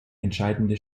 entscheidende